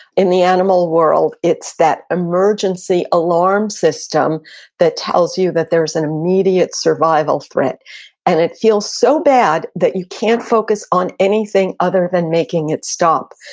in the animal world, it's that emergency alarm system that tells you that there's an immediate survival threat and it feels so bad, that you can't focus on anything other than making it stop.